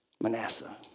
Manasseh